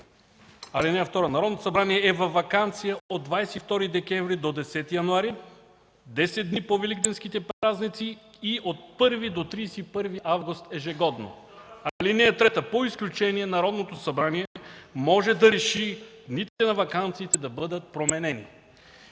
ал. 2: „Народното събрание е във ваканция от 22 декември до 10 януари, 10 дни по Великденските празници и от 1 до 31 август ежегодно. Алинея 3. По изключение Народното събрание може да реши дните на ваканциите да бъдат променени.”